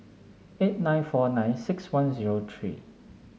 eight nine four nine six one zero three